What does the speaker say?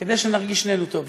כדי שנרגיש שנינו טוב,